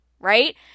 right